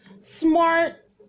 smart